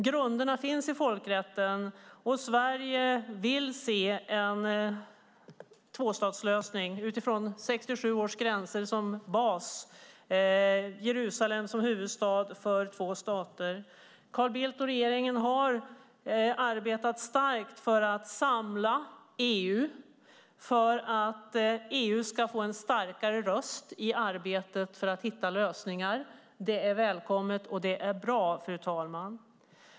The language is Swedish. Grunderna finns i folkrätten, och Sverige vill se en tvåstatslösning med 1967 års gränser som bas och med Jerusalem som huvudstad för två stater. Carl Bildt och regeringen har arbetat hårt för att samla EU, för att EU ska få en starkare röst i arbetet med att hitta lösningar. Det är välkommet och det är bra, fru talman.